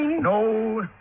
no